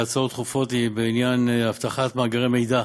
הצעות דחופות לסדר-היום בעניין אבטחת מאגרי מידע,